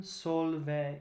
solve